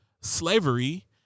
slavery